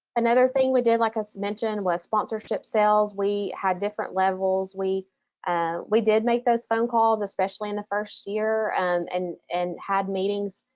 another thing we did, like i ah so mentioned was sponsorship sales. we had different levels. we ah we did make those phone calls, especially in the first year and and had meetings,